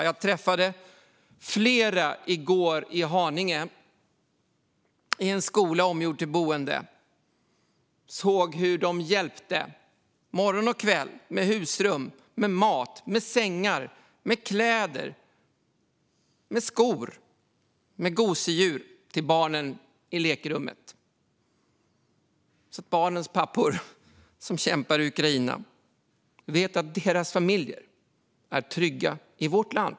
Jag träffade flera i går i Haninge i en skola omgjord till boende. Jag såg hur de morgon och kväll hjälpte till med husrum, mat, sängar, kläder, skor och gosedjur till barnen i lekrummet så att barnens pappor som kämpar i Ukraina ska veta att deras familjer är trygga i vårt land.